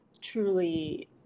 truly